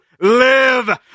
live